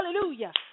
hallelujah